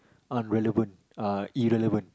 unrelevant uh irrelevant